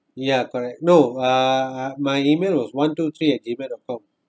ya correct no uh uh my E-mail was one two three at Gmail dot com